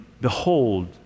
behold